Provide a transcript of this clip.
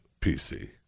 PC